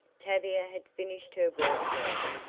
tavia had finished her work now,